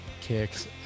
Kicks